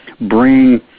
bring